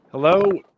Hello